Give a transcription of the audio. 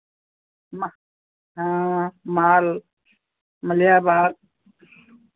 म हाँ महल मलिहाबाद